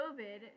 COVID